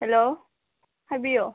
hello ꯍꯥꯏꯕꯤꯌꯣ